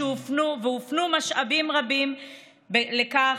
והופנו משאבים רבים לכך.